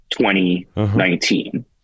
2019